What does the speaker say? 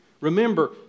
Remember